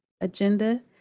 agenda